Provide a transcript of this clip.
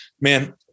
man